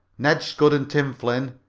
ned scudd and tim flynn,